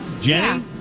Jenny